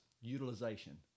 utilization